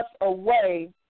away